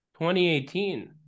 2018